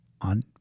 on